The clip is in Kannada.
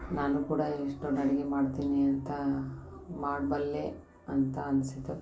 ನಾನು ಕೂಡ ಇಷ್ಟು ದೊಡ್ಡ ಅಡುಗೆ ಮಾಡ್ತೀನಿ ಅಂತಾ ಮಾಡ್ ಬಲ್ಲೆ ಅಂತ ಅನ್ಸಿತು